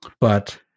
but-